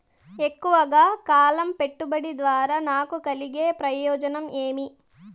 ఎక్కువగా కాలం పెట్టుబడి ద్వారా నాకు కలిగే ప్రయోజనం ఏమి?